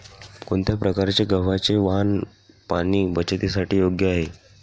कोणत्या प्रकारचे गव्हाचे वाण पाणी बचतीसाठी योग्य आहे?